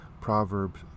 Proverbs